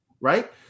right